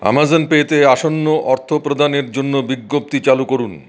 Amazon Pay তে আসন্ন অর্থপ্রদানের জন্য বিজ্ঞপ্তি চালু করুন